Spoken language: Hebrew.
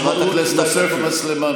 חברת הכנסת תומא סלימאן,